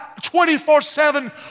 24-7